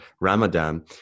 ramadan